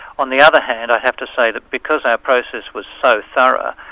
on the other hand, i have to say that because our process was so thorough,